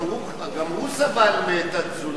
גם הוא סבל מאנמיה,